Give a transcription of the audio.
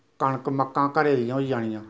कनक मक्कां घरे दियां होई जानियां